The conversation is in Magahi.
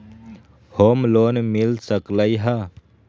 होम लोन मिल सकलइ ह?